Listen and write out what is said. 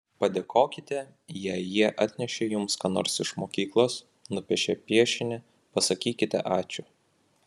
padėkokite jei jie atnešė jums ką nors iš mokyklos nupiešė piešinį pasakykite ačiū